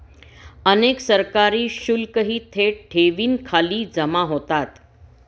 अनेक सरकारी शुल्कही थेट ठेवींखाली जमा होतात